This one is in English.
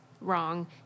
wrong